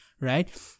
right